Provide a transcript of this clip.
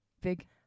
Big